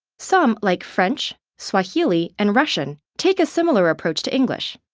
some, like french, swahili, and russian take a similar approach to english.